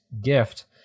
gift